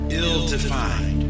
ill-defined